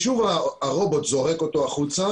שוב הרובוט זורק אותו החוצה.